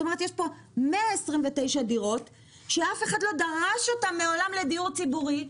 זאת אומרת יש פה 129 דירות שאף אחד לא דרש אותם מעולם לדיור ציבורי,